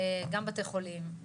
גם בתי חולים,